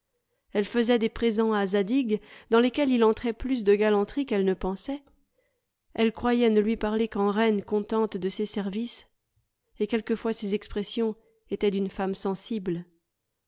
elle fesait des présents à zadig dans lesquels il entrait plus de galanterie qu'elle ne pensait elle croyait ne lui parler qu'en reine contente de ses services et quelquefois ses expressions étaient d'une femme sensible